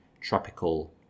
tropical